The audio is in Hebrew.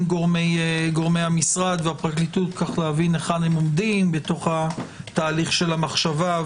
גורמי המשרד והפרקליטות להבין היכן הם עומדים בתוך תהליך המחשבה.